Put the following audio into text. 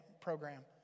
program